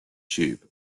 tube